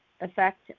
effect